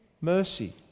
mercy